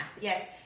yes